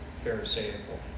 Pharisaical